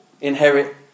inherit